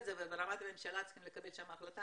זה וברמת הממשלה צריכים לקבל החלטה.